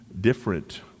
different